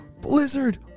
Blizzard